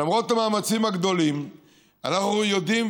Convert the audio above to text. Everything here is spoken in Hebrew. למרות המאמצים הגדולים אנחנו יודעים,